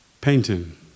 Painting